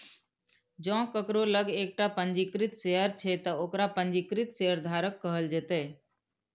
जों केकरो लग एकटा पंजीकृत शेयर छै, ते ओकरा पंजीकृत शेयरधारक कहल जेतै